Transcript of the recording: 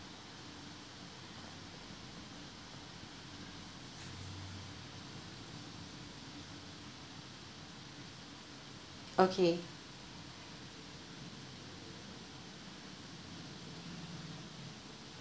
okay